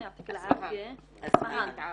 לאסמהאן.